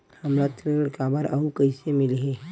हमला ऋण काबर अउ कइसे मिलही?